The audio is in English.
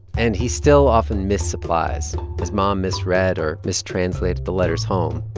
and he still often missed supplies. his mom misread or mistranslated the letters home.